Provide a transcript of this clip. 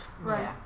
Right